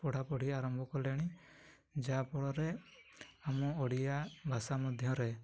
ପଢ଼ା ପଢ଼ି ଆରମ୍ଭ କଲେଣି ଯାହାଫଳରେ ଆମ ଓଡ଼ିଆ ଭାଷା ମଧ୍ୟରେ